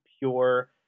pure